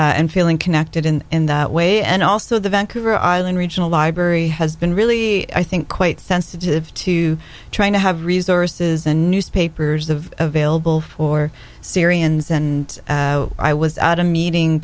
and and feeling connected in in that way and also the vancouver island regional library has been really i think quite sensitive to trying to have resources and newspapers of a veil bull for syrians and i was at a meeting